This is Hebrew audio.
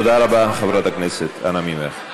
תודה רבה, חברת הכנסת, אנא ממך.